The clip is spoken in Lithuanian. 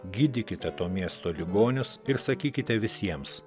gydykite to miesto ligonius ir sakykite visiems